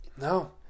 No